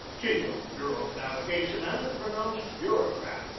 chief of the bureau of navigation, and a pronounced bureaucrat,